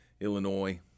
Illinois